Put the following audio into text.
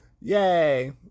Yay